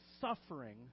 suffering